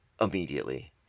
immediately